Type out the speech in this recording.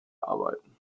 arbeiten